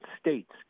states